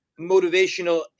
motivational